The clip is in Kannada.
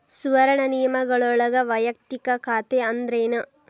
ಸುವರ್ಣ ನಿಯಮಗಳೊಳಗ ವಯಕ್ತಿಕ ಖಾತೆ ಅಂದ್ರೇನ